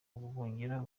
ubuhungiro